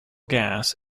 gas